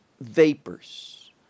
vapors